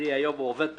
אני היום עובד בחוזה.